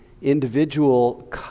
individual